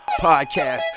Podcast